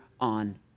on